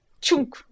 chunk